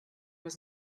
was